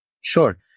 Sure